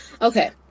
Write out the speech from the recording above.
okay